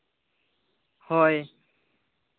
ᱦᱳᱭ